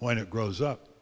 when it grows up